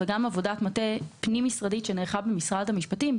וגם עבודת מטה פנים משרדית שנערכה במשרד המשפטים,